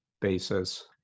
basis